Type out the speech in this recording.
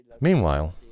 Meanwhile